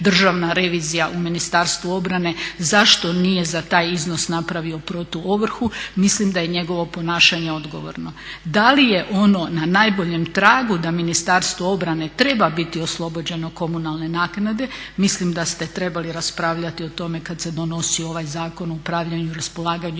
državna revizija u Ministarstvo obrane zašto nije za taj iznos napravio protuovrhu. Mislim da je njegovo ponašanje odgovorno. Da li je ono na najboljem tragu da Ministarstvo obrane treba biti oslobođeno komunalne naknade mislim da ste trebali raspravljati o tome kad se donosio ovaj Zakon o upravljanju i raspolaganju